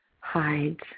hides